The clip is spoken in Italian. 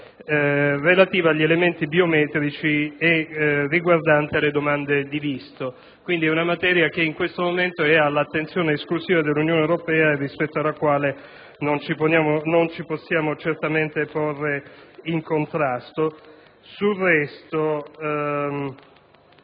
relativa agli elementi biometrici e riguardante le domande di visto. Si tratta pertanto di una materia che in questo momento è all'attenzione esclusiva dell'Unione europea, rispetto alla quale non ci possiamo certamente porre in contrasto. Sull'ordine